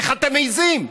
איך אתם מעיזים?